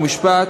חוק ומשפט,